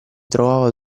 trovava